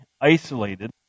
isolated